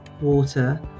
water